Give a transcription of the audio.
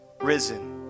risen